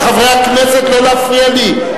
חברי הכנסת, לא להפריע לי.